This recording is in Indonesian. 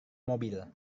mobil